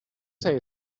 say